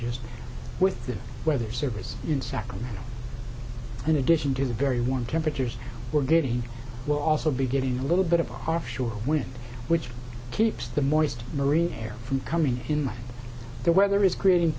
meteorologist with the weather service in sacramento in addition to the very warm temperatures we're getting we'll also be getting a little bit of our offshore wind which keeps the moist marine air from coming in the weather is creating